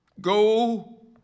go